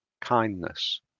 kindness